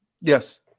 Yes